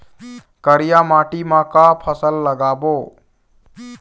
करिया माटी म का फसल लगाबो?